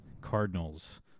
Cardinals